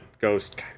ghost